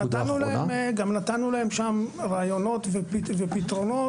נתנו להם שם רעיונות ופתרונות.